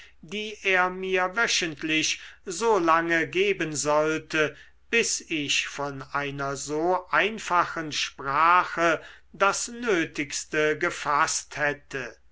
die er mir wöchentlich so lange geben sollte bis ich von einer so einfachen sprache das nötigste gefaßt hätte